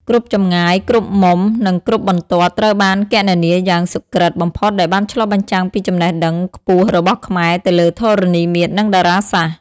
គ្រប់ចម្ងាយ គ្រប់មុំ និងគ្រប់បន្ទាត់ត្រូវបានគណនាយ៉ាងសុក្រិតបំផុតដែលបានឆ្លុះបញ្ចាំងពីចំណេះដឹងខ្ពស់របស់ខ្មែរទៅលើធរណីមាត្រនិងតារាសាស្ត្រ។